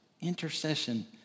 Intercession